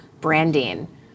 branding